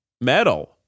Metal